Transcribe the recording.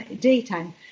daytime